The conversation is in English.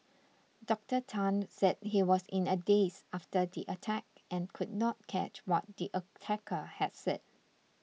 Doctor Tan said he was in a daze after the attack and could not catch what the attacker had said